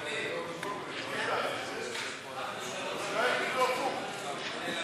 וקבוצת סיעת מרצ לסעיף 2 לא נתקבלה.